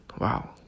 wow